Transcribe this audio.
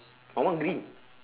my one green